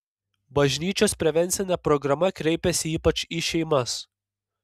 bažnyčios prevencinė programa kreipiasi ypač į šeimas